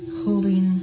holding